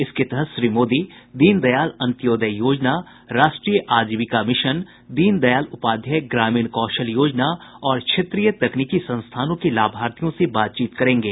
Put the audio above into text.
इसके तहत श्री मोदी दीनदयाल अंत्योदय योजना राष्ट्रीय आजीविका मिशन दीनदयाल उपाध्याय ग्रामीण कौशल योजना और क्षेत्रीय तकनीकी संस्थानों के लाभार्थियों से बातचीत करेंगे